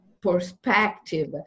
perspective